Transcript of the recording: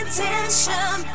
Attention